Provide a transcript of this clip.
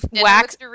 wax